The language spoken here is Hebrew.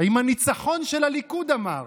עם הניצחון של הליכוד, אמר.